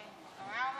הוא היה אומר לעצור.